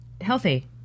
healthy